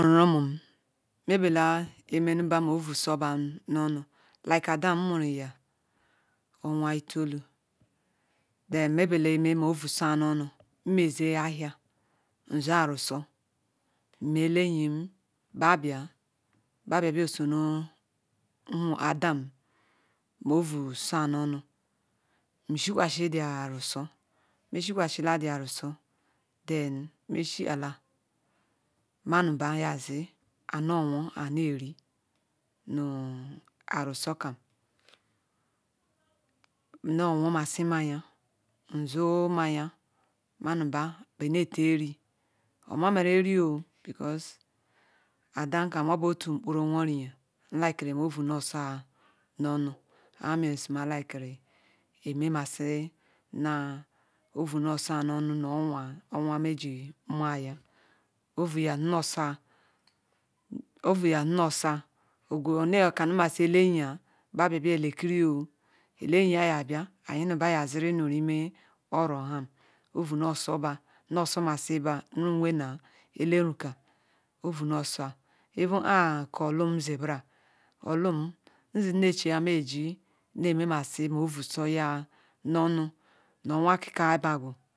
Oma nme de me nme bila obu toba nuno like ada m owah itolu thwn nmebele nmeze ahia zu ajushu ni-ele enyim mabia mba bia beh soro Ada-m mu oʊu so-a nonu ishikwasi the aruh meh shikwalila the arusi then meh thia la Igununwu iyi-ne- eri nu arusi kam nno wumasi nmaya nzu nmaya nmanu nu bah ri orh ma mara eri because Adam m kam obu noh otu kpuru nwo yeriya nlike-ma ovu noh soh nonu orhame mah like- kiri nah ovu noh soh noh nu homa meji oʊu na di oʊu noh soh okani ndi-enyi wah bia nu bia bia beh-elekirir elo enyi bia lekiriri oou ntumasi bah ovu nah so bah na ovu noh soh eleruka ever ah orlu nri ne che noh chi Aki- ka iyi nu owah ki. uke